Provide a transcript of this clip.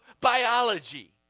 biology